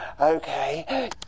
Okay